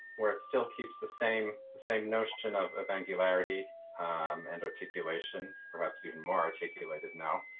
where, it still keeps the same the same notion of angularity and articulation, perhaps even more articulated now.